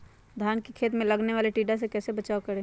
धान के खेत मे लगने वाले टिड्डा से कैसे बचाओ करें?